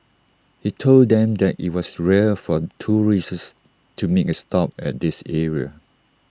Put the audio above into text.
he told them that IT was rare for tourists to make A stop at this area